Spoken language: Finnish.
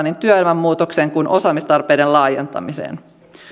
niin työelämän muutokseen kuin osaamistarpeiden laajentamiseen